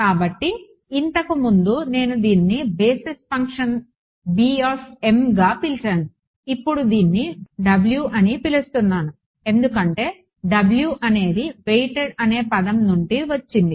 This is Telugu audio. కాబట్టి ఇంతకుముందు నేను దీన్ని బేసిస్ ఫంక్షన్ గా పిలిచాను ఇప్పుడు దీన్ని W అని పిలుస్తున్నాను ఎందుకంటే W అనేది వెయిటెడ్ అనే పదం నుండి వచ్చింది